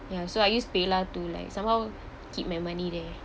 ya so I use paylah to like somehow keep my money there